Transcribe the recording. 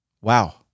wow